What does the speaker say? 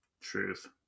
Truth